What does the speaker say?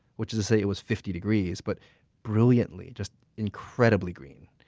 which is to say it was fifty degrees, but brilliantly, just incredibly green.